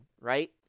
right